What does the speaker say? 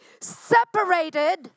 separated